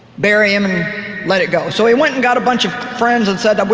bury him and let it go, so he went and got a bunch of friends and said, but